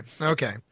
okay